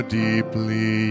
deeply